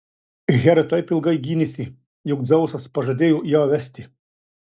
hera taip ilgai gynėsi jog dzeusas pažadėjo ją vesti